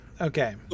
Okay